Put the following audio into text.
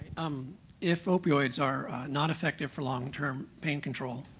um if opioids are not effective for long-term pain control,